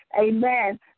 Amen